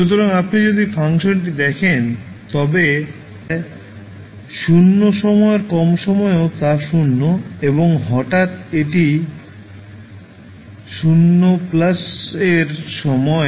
সুতরাং আপনি যদি ফাংশনটি দেখেন তবে দেখা যায় t 0 সময়ের কম সময়েও তা 0 এবং হঠাৎ এটি t 0 এর সময়ে 1 হয়ে যায়